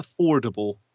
affordable